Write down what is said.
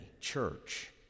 church